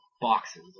boxes